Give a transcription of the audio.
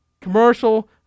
commercial